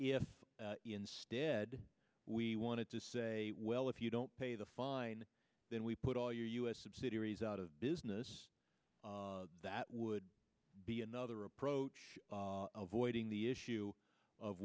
if instead we wanted to say well if you don't pay the fine then we put all your u s subsidiaries out of business that would be another approach voiding the issue of